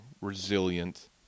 resilient